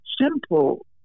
simple